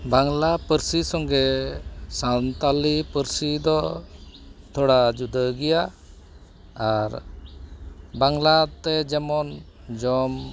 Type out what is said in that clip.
ᱵᱟᱝᱞᱟ ᱯᱟᱹᱨᱥᱤ ᱥᱚᱸᱜᱮᱡ ᱥᱟᱱᱛᱟᱞᱤ ᱯᱟᱹᱨᱥᱤ ᱫᱚ ᱛᱷᱚᱲᱟ ᱡᱩᱫᱟᱹ ᱜᱮᱭᱟ ᱟᱨ ᱵᱟᱝᱞᱟᱛᱮ ᱡᱮᱢᱚᱱ ᱡᱚᱢ